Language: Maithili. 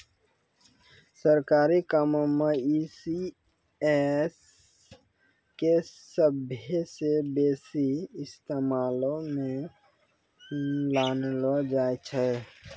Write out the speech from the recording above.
सरकारी कामो मे ई.सी.एस के सभ्भे से बेसी इस्तेमालो मे लानलो जाय छै